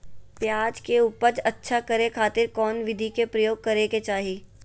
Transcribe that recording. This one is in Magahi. प्याज के उपज अच्छा करे खातिर कौन विधि के प्रयोग करे के चाही?